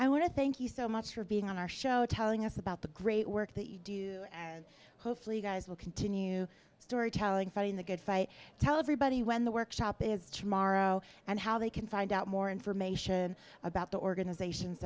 i want to thank you so much for being on our show telling us about the great work that you do hopefully you guys will continue storytelling fighting the good fight tell everybody when the workshop is tomorrow and how they can find out more information about the organizations